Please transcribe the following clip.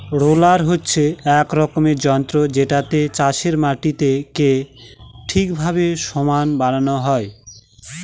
roller হচ্ছে এক রকমের যন্ত্র যেটাতে চাষের মাটিকে ঠিকভাবে সমান বানানো হয়